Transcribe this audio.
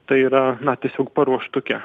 tai yra tiesiog paruoštuke